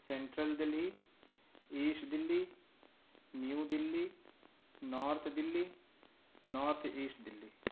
central Delhi east Delhi New Delhi north Delhi north east Delhi